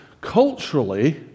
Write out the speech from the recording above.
culturally